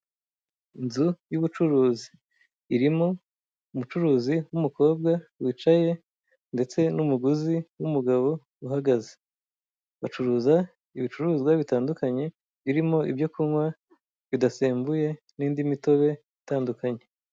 Inzu y'ubucuruzi, irimo umucuruzi w'umukobwa wicaye, ndetse n'umuguzi w'umugabo uhagaze, bacuruza ibicuruzwa bitandukanye birimo ibyo kunywa bidasembuye n'indi mitobe itandukanye.